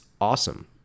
awesome